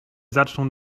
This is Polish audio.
zaczną